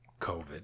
COVID